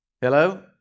Hello